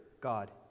God